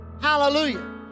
Hallelujah